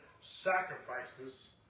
sacrifices